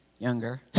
younger